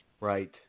Right